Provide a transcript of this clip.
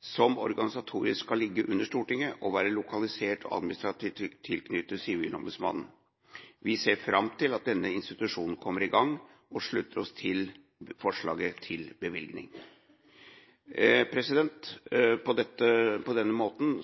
som organisatorisk skal ligge under Stortinget og være lokalisert til og administrativt tilknyttet Sivilombudsmannen. Vi ser fram til at denne institusjonen kommer i gang, og slutter oss til forslaget til bevilgning. På denne bakgrunn